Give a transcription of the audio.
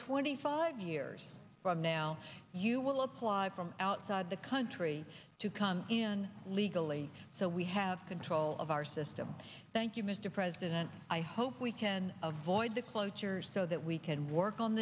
twenty five years from now you will apply from outside the country to come in legally so we have control of our system thank you mr president i hope we can avoid the cloture so that we can work on